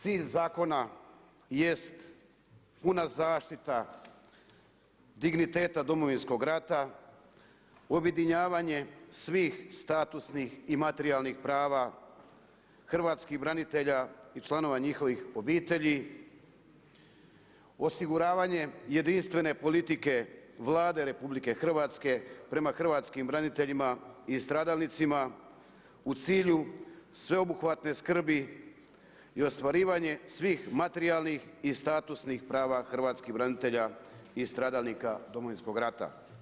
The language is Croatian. Cilj zakona jest puna zaštita digniteta Domovinskog rata, objedinjavanje svih statusnih i materijalnih prava hrvatskih branitelja i članova njihovih obitelji, osiguravanje jedinstvene politike Vlade RH prema hrvatskim braniteljima i stradalnicima u cilju sveobuhvatne skrbi i ostvarivanje svih materijalnih i statusnih prava hrvatskih branitelja i stradalnika Domovinskog rata.